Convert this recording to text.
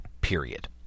period